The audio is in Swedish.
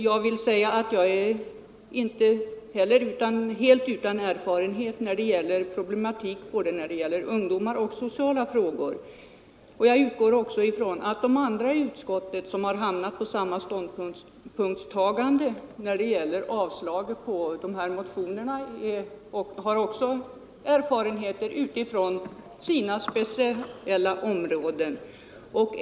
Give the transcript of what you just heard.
Jag vill säga att jag inte heller är helt utan erfarenhet av problematiken när det gäller ungdomar och sociala frågor, och jag utgår ifrån att de övriga ledamöterna i utskottet som tagit ställning till motionerna på samma sätt som jag också har sina speciella erfarenheter.